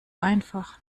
einfach